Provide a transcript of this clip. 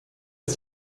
ist